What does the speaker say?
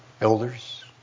Elders